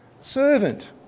servant